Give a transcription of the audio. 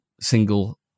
single